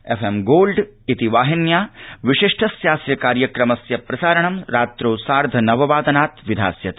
FM Gold वाहिन्या विशिष्टस्यास्य कार्यक्रमस्य प्रसारणं रात्रौ सार्ध नव वादनात् विधास्यते